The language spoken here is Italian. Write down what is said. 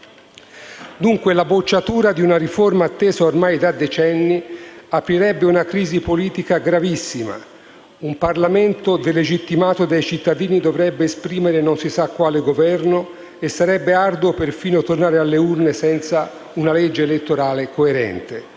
Dunque, la bocciatura di una riforma attesa ormai da decenni aprirebbe una crisi politica gravissima, un Parlamento delegittimato dai cittadini dovrebbe esprimere non si sa quale Governo e sarebbe arduo perfino tornare alle urne senza una legge elettorale coerente.